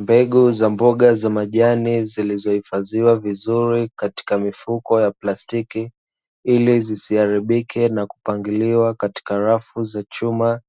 Mbegu za mboga za majani zilizohifadhiwa vizuri katika mifuko ya plastiki ili zisiharibike, na kupangiliwa katika rafu za chuma,